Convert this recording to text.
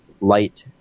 light